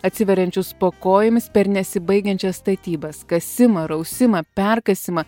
atsiveriančius po kojomis per nesibaigiančias statybas kasimą rausimą perkasimą